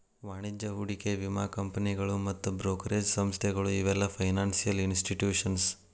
ವಾಣಿಜ್ಯ ಹೂಡಿಕೆ ವಿಮಾ ಕಂಪನಿಗಳು ಮತ್ತ್ ಬ್ರೋಕರೇಜ್ ಸಂಸ್ಥೆಗಳು ಇವೆಲ್ಲ ಫೈನಾನ್ಸಿಯಲ್ ಇನ್ಸ್ಟಿಟ್ಯೂಷನ್ಸ್